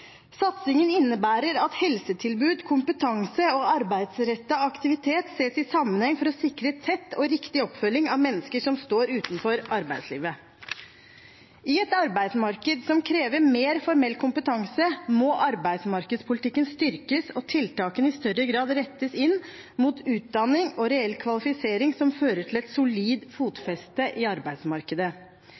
Satsingen innebærer at helsetilbud, kompetanse og arbeidsrettet aktivitet ses i sammenheng for å sikre tett og riktig oppfølging av mennesker som står utenfor arbeidslivet. I et arbeidsmarked som krever mer formell kompetanse, må arbeidsmarkedspolitikken styrkes og tiltakene i større grad rettes inn mot utdanning og reell kvalifisering, som fører til et solid fotfeste i arbeidsmarkedet.